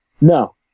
No